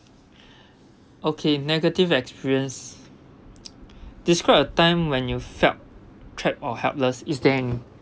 okay negative experience described a time when you felt trapped or helpless is there any